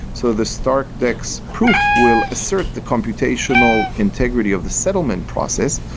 so the starkdex proof will assert the computational integrity of the settlement process,